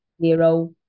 zero